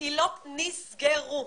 קהילות נסגרו.